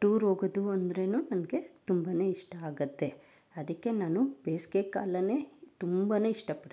tour ಹೋಗೋದು ಅಂದ್ರೆ ನನಗೆ ತುಂಬಾ ಇಷ್ಟ ಆಗುತ್ತೆ ಅದಕ್ಕೆ ನಾನು ಬೇಸ್ಗೆಕಾಲವೇ ತುಂಬ ಇಷ್ಟಪಡ್ತೀನಿ